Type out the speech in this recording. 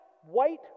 white